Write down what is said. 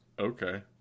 okay